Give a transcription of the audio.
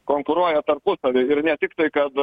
konkuruoja tarpusavy ir ne tiktai kad